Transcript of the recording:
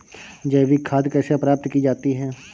जैविक खाद कैसे प्राप्त की जाती है?